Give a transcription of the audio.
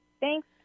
Thanks